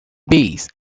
bees